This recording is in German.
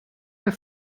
der